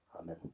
amen